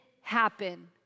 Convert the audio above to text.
happen